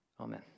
Amen